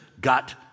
got